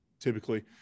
typically